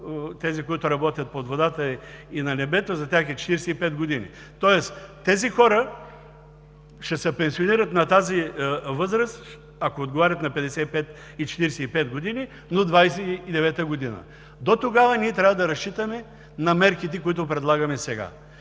тези, които работят под водата, и на небето, за тях е 45 години. Тоест тези хора ще се пенсионират на тази възраст, ако отговарят на 55 и 45 години, но 2029 г. Дотогава ние трябва да разчитаме на мерките, които предлагаме сега.